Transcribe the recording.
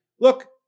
look